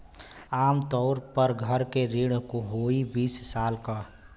आम तउर पर घर के ऋण होइ बीस साल क